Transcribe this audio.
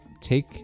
take